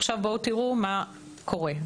עכשיו תראו מה קורה,